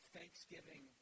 Thanksgiving